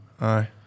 Aye